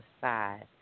side